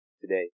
today